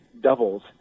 doubles